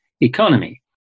economy